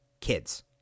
kids